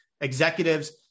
executives